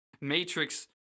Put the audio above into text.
Matrix